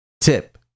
tip